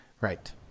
right